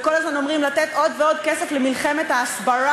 וכל הזמן אומרים לתת עוד ועוד כסף למלחמת ההסברה,